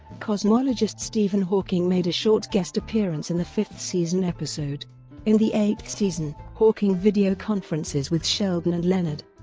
cosmologist stephen hawking made a short guest appearance in the fifth-season episode in the eighth season, hawking video conferences with sheldon and leonard,